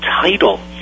title